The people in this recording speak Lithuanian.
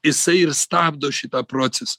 jisai ir stabdo šitą proces